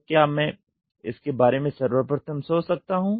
तो क्या मैं इसके बारे में सर्वप्रथम सोच सकता हूं